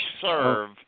serve